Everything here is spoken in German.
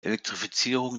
elektrifizierung